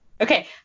Okay